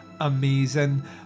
amazing